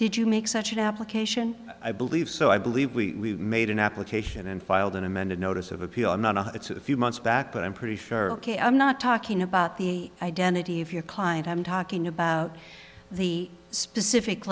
did you make such an application i believe so i believe we made an application and filed an amended notice of a p r not one it's a few months back but i'm pretty sure i'm not talking about the identity of your client i'm talking about the specific